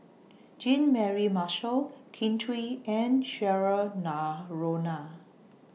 Jean Mary Marshall Kin Chui and Cheryl Noronha